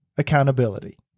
Accountability